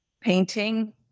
painting